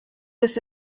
bis